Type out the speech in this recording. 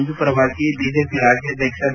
ಮಂಜು ಪರವಾಗಿ ಬಿಜೆಪಿ ರಾಜ್ಯಾಧ್ಯಕ್ಷ ಬಿ